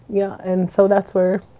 yeah. and so that's where